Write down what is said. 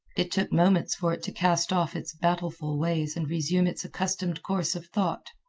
it took moments for it to cast off its battleful ways and resume its accustomed course of thought.